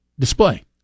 display